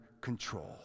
control